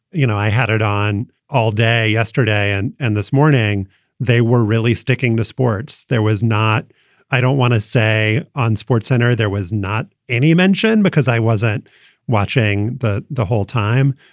you know, i had it on all day yesterday and and this morning they were really sticking to sports. there was not i don't want to say on sports center, there was not any mention because i wasn't watching that the whole time.